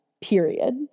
period